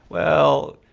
well,